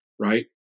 Right